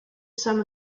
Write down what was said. some